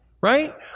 right